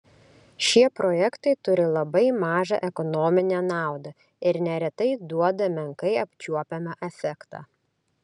šie projektai turi labai mažą ekonominę naudą ir neretai duoda menkai apčiuopiamą efektą